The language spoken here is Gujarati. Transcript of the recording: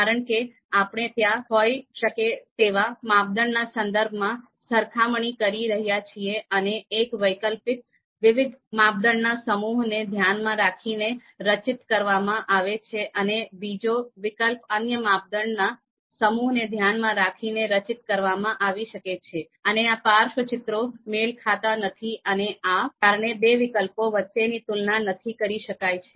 કારણ કે આપણે ત્યાં હોઈ શકે તેવા માપદંડના સંદર્ભમાં સરખામણી કરી રહ્યા છીએ અને એક વૈકલ્પિક વિવિધ માપદંડના સમૂહને ધ્યાનમાં રાખીને રચિત કરવામાં આવશે અને બીજો વિકલ્પ અન્ય માપદંડના સમૂહને ધ્યાનમાં રાખીને રચિત કરવામાં આવી શકે છે અને આ પાર્શ્વચિત્રો મેળ ખાતા નથી અને આ કારણે બે વિકલ્પો વચ્ચેની તુલના નથી કરી શકાય છે